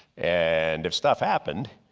and if stuff happened